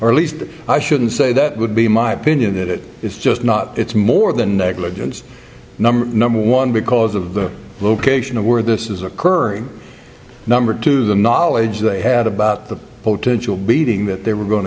or least i shouldn't say that would be my opinion that it is just not it's more than negligence number one because of the location of where this is occurring number two the knowledge they had about the potential beating that they were